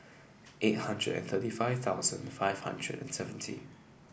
eight hundred and thirty five thousand five hundred seventy